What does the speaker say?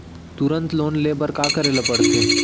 तुरंत लोन ले बर का करे ला पढ़थे?